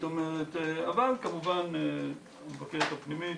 אבל כמובן המבקרת הפנימית,